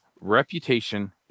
reputation